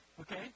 Okay